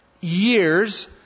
years